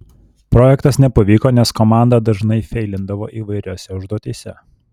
projektas nepavyko nes komanda dažnai feilindavo įvairiose užduotyse